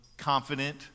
confident